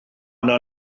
yna